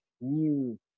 new